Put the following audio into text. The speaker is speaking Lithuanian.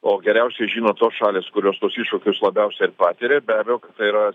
o geriausiai žino tos šalys kurios tuos iššūkius labiausia ir patiria ir be abejo kad tai yra